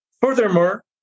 Furthermore